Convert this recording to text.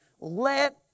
let